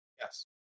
Yes